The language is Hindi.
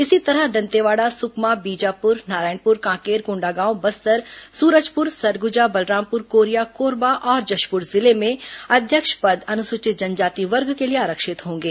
इसी तरह दंतेवाड़ा सुकमा बीजापुर नारायणपुर कांकेर कोण्डागांव बस्तर सूरजपुर सरगुजा बलरामपुर कोरिया कोरबा और जशपुर जिले में अध्यक्ष पद अनुसूचित जनजाति वर्ग के लिए आरक्षित होंगे